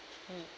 mm